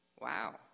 Wow